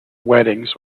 weddings